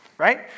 right